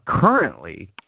Currently